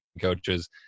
coaches